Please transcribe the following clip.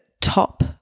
top